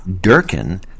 Durkin